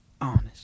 Honest